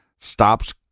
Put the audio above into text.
stops